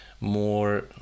more